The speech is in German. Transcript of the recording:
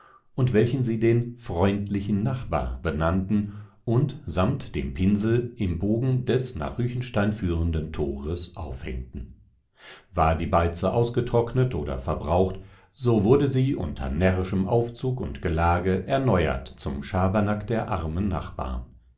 und welchen sie den freundlichen nachbar benannten und samt dem pinsel im bogen des nach ruechenstein führenden tores aufhängen war die beize aufgetrocknet oder verbraucht so wurde sie unter närrischem aufzug und gelage erneuert zum schabernack der armen nachbaren